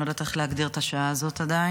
אני לא יודעת איך להגדיר את השעה הזאת עדיין.